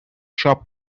shop